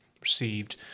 received